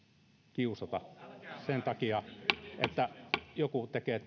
kiusata sen takia että joku tekee